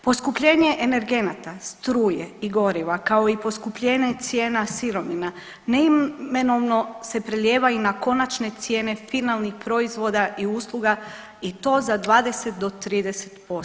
Poskupljenje energenata struje i goriva kao i poskupljenje cijena sirovina neimenovno se prelijeva i na konačne cijene finalnih proizvoda i usluga i to za 20 do 30%